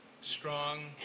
strong